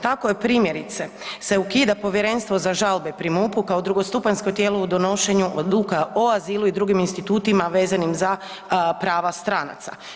Tako je primjerice se ukida Povjerenstvo za žalbe pri MUP-u kao drugostupanjsko tijelo u donošenju odluka o azilu i dr. institutima vezanim za prava stranaca.